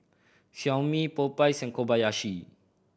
Xiaomi Popeyes and Kobayashi